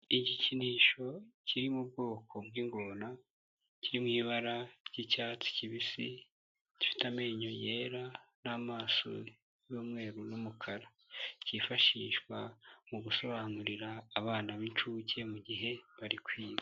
Igikinisho kiri mu bwoko bw'ingona kiri mu ibara ry'icyatsi kibisi gifite amenyo yera n'amaso y'umweru n'umukara, kifashishwa mu gusobanurira abana b'inshuke mu gihe bari kwiga.